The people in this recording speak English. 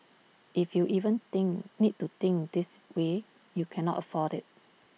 if you even think need to think this way you cannot afford IT